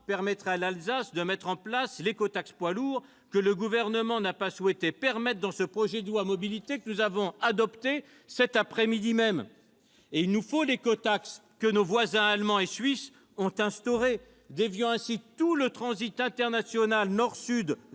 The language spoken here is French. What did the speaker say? pourrait donc mettre en place une écotaxe poids lourds que le Gouvernement n'a pas souhaité permettre dans le projet de loi Mobilités que nous avons adopté cet après-midi même ! Or il nous faut l'écotaxe, que nos voisins allemands et suisses ont déjà instaurée, déviant ainsi tout le transit international nord-sud